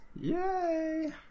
Yay